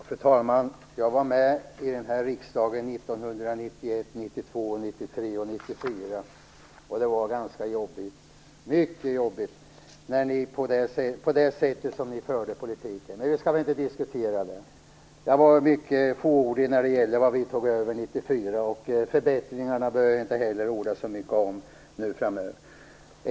Fru talman! Jag var med i denna riksdag 1991, 1992, 1993 och 1994. Det var mycket jobbigt i och med det sätt som ni förde politiken på. Men det skall vi inte diskutera. Jag var mycket fåordig när det gällde vad vi tog över 1994. Förbättringarna behöver jag inte heller orda så mycket om.